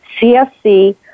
CFC